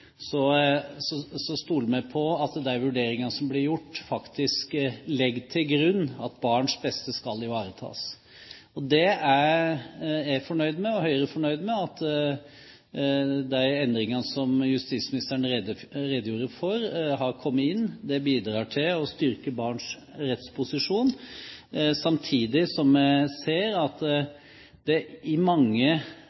stoler vi på at de vurderingene som blir gjort, legger til grunn at barns beste skal ivaretas. Jeg og Høyre er fornøyd med at de endringene som justisministeren redegjorde for, har kommet inn. Det bidrar til å styrke barns rettsposisjon, samtidig som jeg ser at